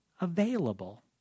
available